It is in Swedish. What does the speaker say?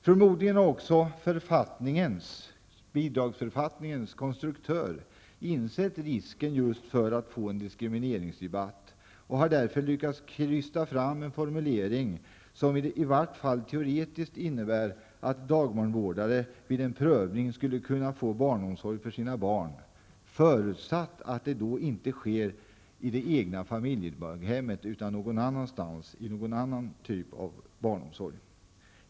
Förmodligen har också bidragsförfattningens konstruktör insett risken just för att få en diskrimineringsdebatt och därför lyckats krysta fram en formulering som åtminstone teoretiskt innebär att dagbarnvårdare vid en prövning skulle kunna få barnomsorg till sina egna barn, förutsatt att det då inte sker i det egna familjedaghemmet, utan någon annanstans, i någon annan typ av barnomsorg.